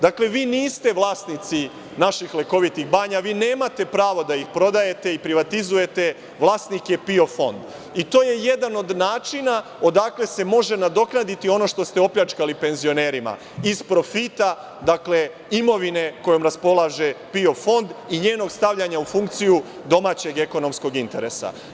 Dakle, vi niste vlasnici naših lekovitih banja, vi nemate pravo da ih prodajete i privatizujete, vlasnik je PIO fond i to je jedan od načina odakle se može nadoknadi ono što ste opljačkali penzionerima – iz profita imovine kojom raspolaže PIO fond i njenog stavljanja u funkciju domaćeg ekonomskog interesa.